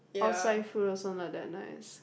outside food also not that nice